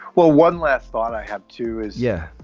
well, one last thought i have to is, yeah,